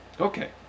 Okay